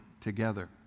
together